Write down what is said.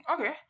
Okay